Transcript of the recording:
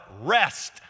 rest